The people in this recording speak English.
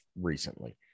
recently